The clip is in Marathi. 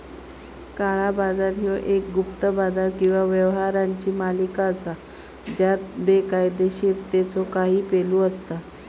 काळा बाजार ह्यो एक गुप्त बाजार किंवा व्यवहारांची मालिका असा ज्यात बेकायदोशीरतेचो काही पैलू असता